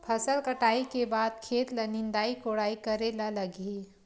फसल कटाई के बाद खेत ल निंदाई कोडाई करेला लगही?